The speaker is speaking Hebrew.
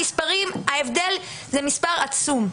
ההבדל הוא עצום.